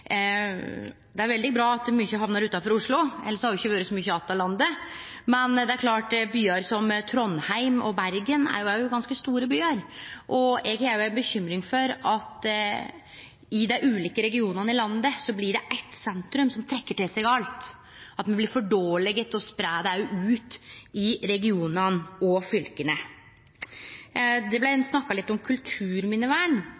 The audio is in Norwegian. Det er veldig bra at mykje hamnar utanfor Oslo – elles hadde det ikkje vore så mykje att av landet. Men det er klart at Trondheim og Bergen er òg ganske store byar, og eg har ei bekymring for at i dei ulike regionane i landet blir det eitt sentrum som trekkjer til seg alt – at me blir for dårlege til å spreie det ut i regionane og fylka. Det blei